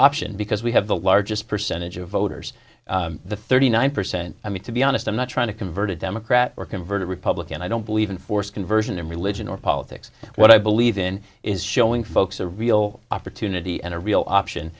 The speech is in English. option because we have the largest percentage of voters the thirty nine percent i mean to be honest i'm not trying to convert a democrat or convert a republican i don't believe in forced conversion in religion or politics what i believe in is showing folks a real opportunity and a real option